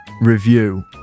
review